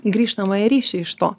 grįžtamąjį ryšį iš to